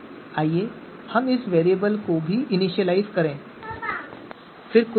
आइए हम इस वेरिएबल को भी इनिशियलाइज़ करें ताकि हम अपने प्रायिकता घनत्व फ़ंक्शन का चयन कर सकें